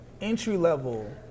entry-level